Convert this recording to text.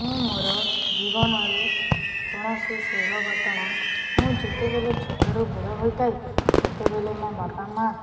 ମୁଁ ମୋର ଜୀବନରେ କୌଣସି ଘଟଣା ମୁଁ ଯେତେବେଲେ ଛୋଟରୁ ବଡ଼ ହୋଇଥାଏ ସେତେବେଲେ ମୋ ବାପା ମାଆ